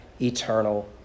eternal